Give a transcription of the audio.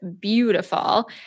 beautiful